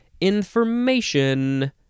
Information